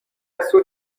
سود